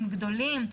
גדולים.